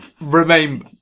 remain